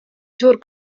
suur